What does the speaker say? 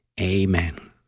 Amen